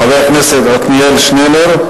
חבר הכנסת עתניאל שנלר,